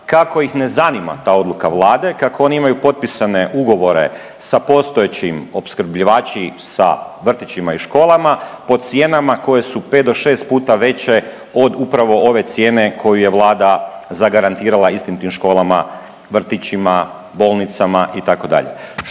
kako ih ne zanima ta odluka vlade, kako oni imaju potpisane ugovore sa postojećim opskrbljivači sa vrtićima i školama po cijenama koje su pet do šest puta veće od upravo ove cijene koju je vlada zagarantirala istim tim školama, vrtićima, bolnicama itd.